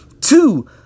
Two